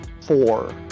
four